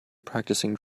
practicing